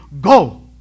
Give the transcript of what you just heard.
go